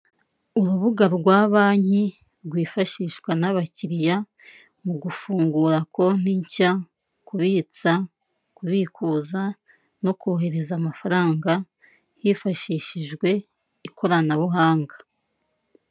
Urubuga rwa banki rwifashishwa n'abakiliya, mu gufungura konti nshya, kubitsa, kubikuza no kohereza amafaranga, hifashishijwe ikoranabuhanga.